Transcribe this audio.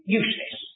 useless